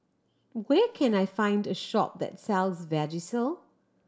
where can I find a shop that sells Vagisil